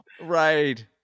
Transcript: right